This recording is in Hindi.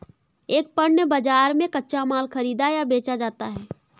एक पण्य बाजार में कच्चा माल खरीदा या बेचा जाता है